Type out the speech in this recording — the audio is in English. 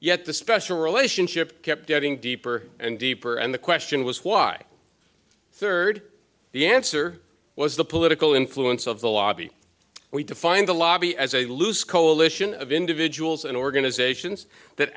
yet the special relationship kept getting deeper and deeper and the question was why third the answer was the political influence of the lobby we defined the lobby as a loose coalition of individuals and organizations that